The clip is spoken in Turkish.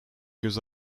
göz